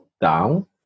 down